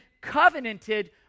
covenanted